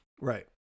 Right